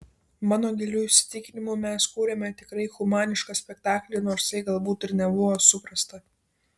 mano giliu įsitikinimu mes kūrėme tikrai humanišką spektaklį nors tai galbūt ir nebuvo suprasta